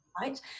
right